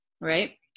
right